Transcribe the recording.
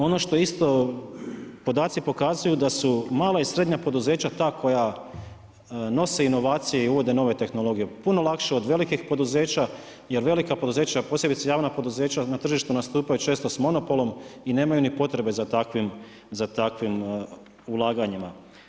Ono što isto podaci pokazuju da su mala i srednja poduzeća ta koja nose inovacije i uvode nove tehnologije, puno lakše od velikih poduzeća jer velika poduzeća posebice javna poduzeća na tržištu nastupaju često s monopolom i nemaju ni potrebe za takvim ulaganjima.